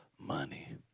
money